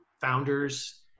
founders